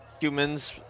humans